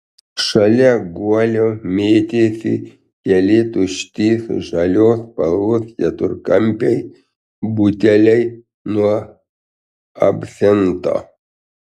šalia guolio mėtėsi keli tušti žalios spalvos keturkampiai buteliai nuo absento